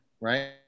right